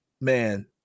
man